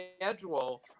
schedule